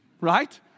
right